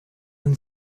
and